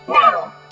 now